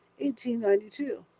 1892